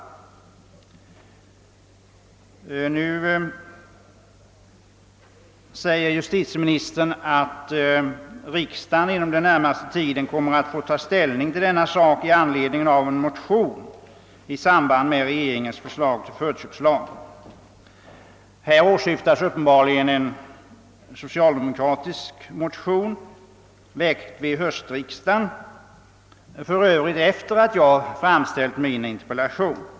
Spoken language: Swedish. Nu säger justitieministern att riksdagen inom den närmaste tiden kommer att få ta ställning till denna sak i anledning av en motion i samband med regeringens förslag till förköpslag. Här åsyftas uppenbarligen en socialdemokratisk motion, väckt vid höstriksdagen — för Övrigt efter det att jag framställt min interpellation.